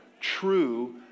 true